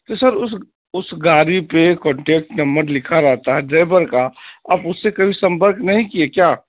تو سر اس اس گاڑی پہ کونٹیکٹ نمبر لکھا رہتا ہے ڈرائیور کا آپ اس سے کبھی سمپرک نہیں کیے کیا